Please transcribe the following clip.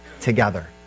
together